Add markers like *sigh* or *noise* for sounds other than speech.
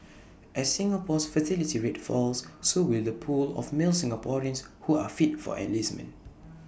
as Singapore's fertility rate falls so will the pool of male Singaporeans who are fit for enlistment *noise*